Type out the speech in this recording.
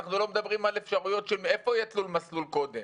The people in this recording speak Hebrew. אנחנו לא מדברים על האפשרויות של מאיפה יהיה תלול מסלול קודם.